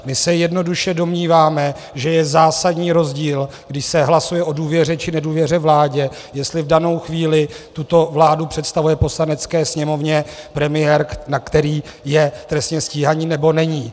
My se jednoduše domníváme, že je zásadní rozdíl, když se hlasuje o důvěře či nedůvěře vládě, jestli v danou chvíli tuto vládu představuje Poslanecké sněmovně premiér, který je trestně stíhaný, nebo není.